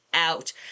out